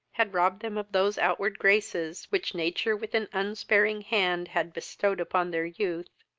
had robbed them of those outward graces, which nature with an unsparing hand had bestowed upon their youth,